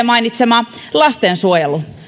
mainitsema lastensuojelu